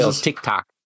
tiktok